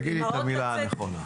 תגידי את המילה הנכונה.